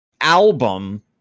Album